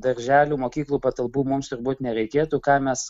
darželių mokyklų patalpų mums turbūt nereikėtų ką mes